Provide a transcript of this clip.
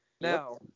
Now